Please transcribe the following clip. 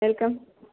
welcome